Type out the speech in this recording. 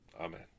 amen